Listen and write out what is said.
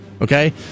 Okay